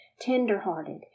tenderhearted